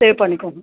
save பண்ணிக்கோங்க